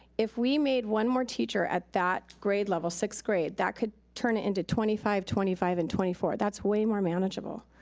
if we made one more teacher at that grade level, sixth grade, that could turn it into twenty five, twenty five and twenty four. that's way more manageable.